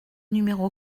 numéro